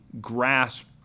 grasp